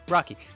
Rocky